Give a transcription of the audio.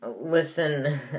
listen